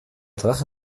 drache